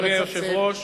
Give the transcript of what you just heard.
אדוני היושב-ראש,